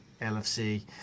lfc